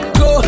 go